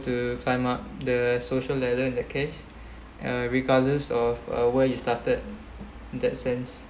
to climb up the social ladder in that case uh regardless of uh where you started in that sense